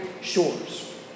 Shores